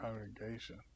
congregation